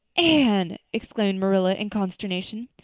anne! exclaimed marilla in consternation.